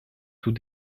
tout